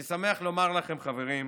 אני שמח לומר לכם, חברים,